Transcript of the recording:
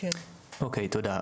אוקי, תודה.